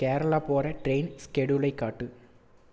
கேரளா போகிற ட்ரெயின் ஸ்கெடியூலைக் காட்டு